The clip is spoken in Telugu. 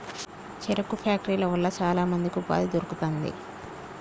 చెరుకు ఫ్యాక్టరీల వల్ల చాల మందికి ఉపాధి దొరుకుతాంది